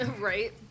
Right